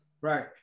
Right